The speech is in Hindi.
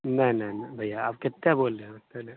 नहीं नहीं नहीं भैया आप कितना बोल रहे हो उतना नहीं